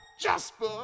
Jasper